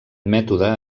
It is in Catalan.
mètode